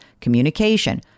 communication